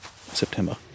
September